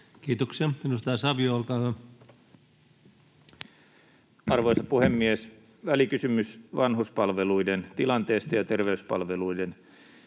Kiitoksia. — Edustaja Savio, olkaa hyvä. Arvoisa puhemies! Välikysymys vanhuspalveluiden tilanteesta ja terveyspalveluiden